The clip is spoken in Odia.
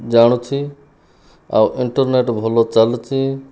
ଜାଣୁଛି ଆଉ ଇଣ୍ଟରନେଟ୍ ଭଲ ଚାଲୁଛି